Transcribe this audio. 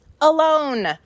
alone